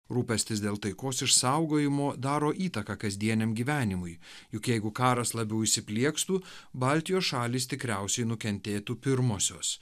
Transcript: rūpestis dėl taikos išsaugojimo daro įtaką kasdieniam gyvenimui juk jeigu karas labiau įsipliekstų baltijos šalys tikriausiai nukentėtų pirmosios